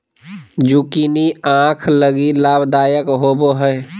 zucchini आंख लगी लाभदायक होबो हइ